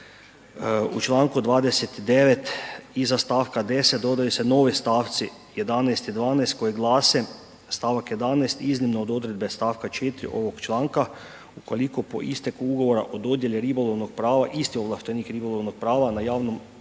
u članku 29. iza stavka 10., dodaju se novi stavci 11. i 12., koji glase: Stavak 11. iznimno od odredbe stavka 4. ovog članka ukoliko po isteku ugovora o dodjeli ribolovnog prava isti ovlaštenik ribolovnog prava na javnom